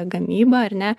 gamybą ar ne